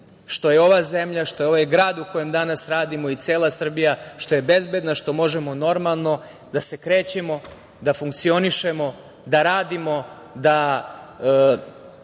što je ova zemlja, što je ovaj grad u kojem danas radimo i cela Srbija bezbedna, što možemo normalno da se krećemo, da funkcionišemo, da radimo, da